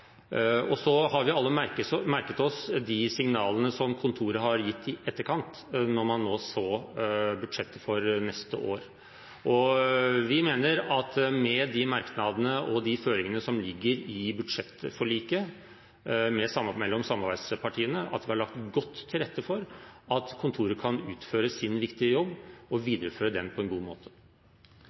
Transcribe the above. Vi har alle merket oss de signalene som kontoret har gitt i etterkant, da man så budsjettet for neste år. Vi mener at vi, med de merknadene og føringene som ligger i budsjettforliket mellom samarbeidspartiene, har lagt godt til rette for at kontoret kan utføre sin viktige jobb og videreføre den på en god måte.